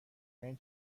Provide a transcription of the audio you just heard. یعنی